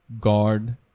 God